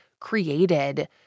created